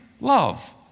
love